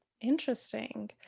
Interesting